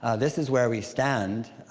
ah this is where we stand.